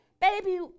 baby